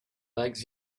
legs